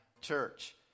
church